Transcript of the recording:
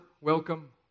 Welcome